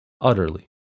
utterly